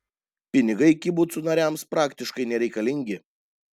pinigai kibucų nariams praktiškai nereikalingi